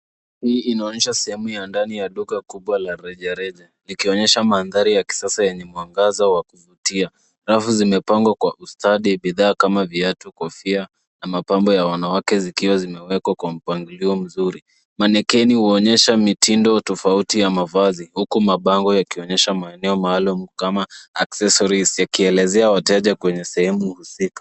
Hii inaonyesha sehemu ya ndani ya duka Kubwa la reja reja. Ikionyesha mandhari ya kisasa yenye mwangaza wa kuvutia. Rafu zimepangwa kwa ustadi bidhaa kama viatu, kofia, na mapambo ya wanawake zikiwazimewekwa kwa mpangilio mzuri. Manekeni wanaonyesha mitindo tofauti ya mavazi, huku mabango yakionyesha maeneo maalum kama accessory yakielekeza wateja kwenye sehemu husika.